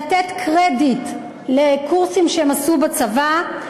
לתת קרדיט לקורסים שהם עשו בצבא,